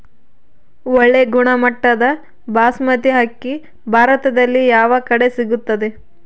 ಒಳ್ಳೆ ಗುಣಮಟ್ಟದ ಬಾಸ್ಮತಿ ಅಕ್ಕಿ ಭಾರತದಲ್ಲಿ ಯಾವ ಕಡೆ ಸಿಗುತ್ತದೆ?